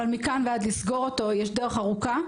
אבל מכאן ועד לסגור אותו יש דרך ארוכה,